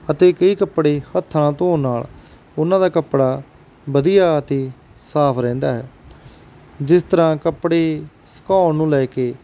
ਅਤੇ ਕਈ ਕੱਪੜੇ ਹੱਥਾਂ ਨਾਲ ਧੋਣ ਨਾਲ ਉਹਨਾਂ ਦਾ ਕੱਪੜਾ ਵਧੀਆ ਅਤੇ ਸਾਫ਼ ਰਹਿੰਦਾ ਹੈ ਜਿਸ ਤਰ੍ਹਾਂ ਕੱਪੜੇ ਸੁਕਾਉਣ ਨੂੰ ਲੈ ਕੇ